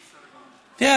תראה,